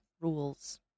rules